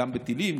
גם בטילים,